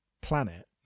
planet